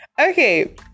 okay